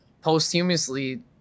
posthumously